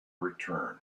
return